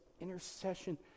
intercession